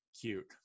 cute